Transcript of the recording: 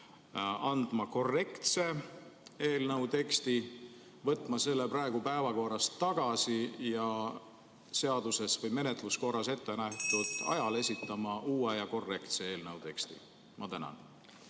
andma üle korrektse eelnõu teksti, võtma selle praegu päevakorrast tagasi ning seaduses või menetluskorras ette nähtud ajal esitama uue ja korrektse eelnõu teksti? Aitäh,